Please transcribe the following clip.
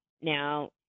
Now